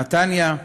נתניה,